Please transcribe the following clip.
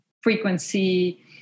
frequency